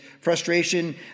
Frustration